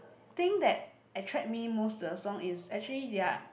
thing that attract me most to the song is actually their